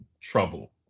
trouble